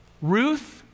Ruth